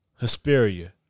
Hesperia